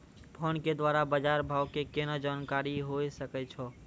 Phone के द्वारा बाज़ार भाव के केना जानकारी होय सकै छौ?